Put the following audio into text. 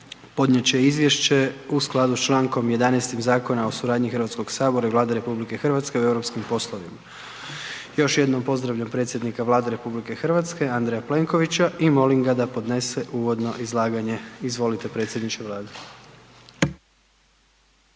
podnijet će Izvješće u skladu s čl. 11. Zakona o suradnji HS i Vlade RH o europskim poslovima. Još jednom pozdravljam predsjednika Vlade RH, Andreja Plenkovića i molim ga da podnese uvodno izlaganje, izvolite predsjedniče Vlade.